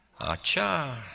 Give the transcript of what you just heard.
Acha